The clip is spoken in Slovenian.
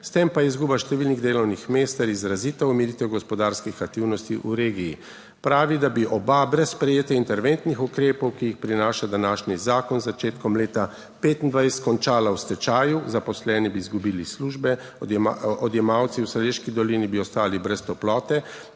s tem pa izguba številnih delovnih mest ter izrazita omilitev gospodarskih aktivnosti v regiji. Pravi, da bi oba brez sprejetja interventnih ukrepov, ki jih prinaša današnji zakon z začetkom leta 2025 končala v stečaju. Zaposleni bi izgubili službe, odjemalci v Šaleški dolini bi ostali brez toplote,